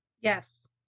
Yes